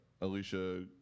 Alicia